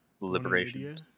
Liberation